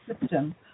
system